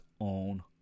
own